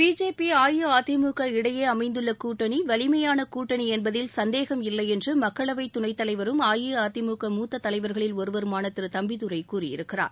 BJP AIADMK இடையே அமைந்துள்ள கூட்டணி வலிமையான கூட்டணி என்பதில் சந்தேகம் இல்லை என்று மக்களவை துணைத் தலைவரும் அஇஅதிமுக மூத்தத் தலைவர்களில் ஒருவருமான திரு தம்பிதுரை கூறியிருக்கிறார்